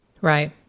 Right